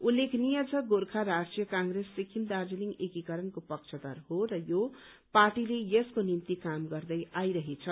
उल्लेखनीय छ गोर्खा राष्ट्रीय कंग्रेस सिक्किम दार्जीलिङ एकिकरणको पक्षधर हो र यो पार्टीले यसको निम्ति काम गर्दै आइरहेको छ